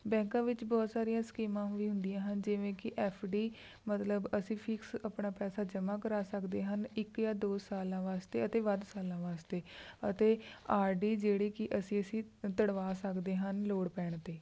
ਬੈਂਕਾਂ ਵਿੱਚ ਬਹੁਤ ਸਾਰੀਆਂ ਸਕੀਮਾਂ ਵੀ ਹੁੰਦੀਆਂ ਹਨ ਜਿਵੇਂ ਕਿ ਐੱਫ ਡੀ ਮਤਲਬ ਅਸੀਂ ਫਿਕਸ ਆਪਣਾ ਪੈਸਾ ਜਮ੍ਹਾਂ ਕਰਾ ਸਕਦੇ ਹਨ ਇੱਕ ਜਾਂ ਦੋ ਸਾਲਾਂ ਵਾਸਤੇ ਅਤੇ ਵੱਧ ਸਾਲਾਂ ਵਾਸਤੇ ਅਤੇ ਆਰ ਡੀ ਜਿਹੜੀ ਕਿ ਅਸੀਂ ਅਸੀਂ ਤੁੜਵਾ ਸਕਦੇ ਹਨ ਲੋੜ ਪੈਣ 'ਤੇ